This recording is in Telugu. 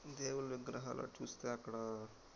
దేవుని విగ్రహాలు చూస్తే అక్కడ